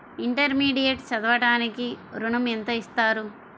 Intermediate చదవడానికి ఋణం ఎంత ఇస్తారు?